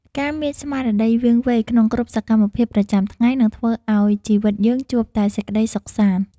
ការមានស្មារតីរវាងវៃក្នុងគ្រប់សកម្មភាពប្រចាំថ្ងៃនឹងធ្វើឱ្យជីវិតយើងជួបតែសេចក្តីសុខសាន្ត។